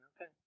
okay